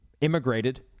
immigrated